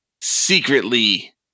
secretly